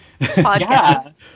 podcast